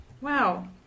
Wow